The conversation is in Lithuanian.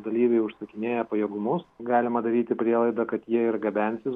dalyviai užsakinėja pajėgumus galima daryti prielaidą kad jie ir gabensis